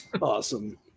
awesome